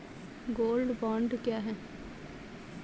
Gold bond क्या है?